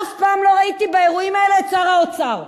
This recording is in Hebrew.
אף פעם לא ראיתי באירועים האלה את שר האוצר,